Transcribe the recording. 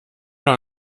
noch